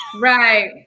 Right